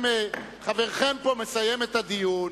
חברכם פה מסיים את הדיון.